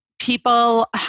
People